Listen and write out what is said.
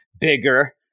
Bigger